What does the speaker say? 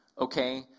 okay